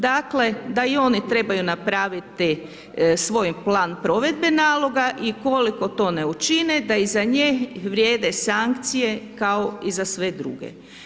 Dakle da i oni trebaju napraviti svoj plan provedbe naloga i ukoliko to ne učine da i za nju vrijede sankcije kao i za sve druge.